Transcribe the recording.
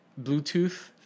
Bluetooth